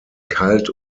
kalt